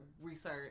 research